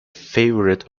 favorite